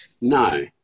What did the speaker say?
No